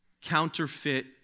counterfeit